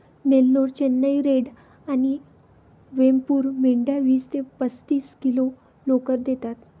Nellore, Chennai red आणि वेमपूर मेंढ्या वीस ते पस्तीस किलो लोकर देतात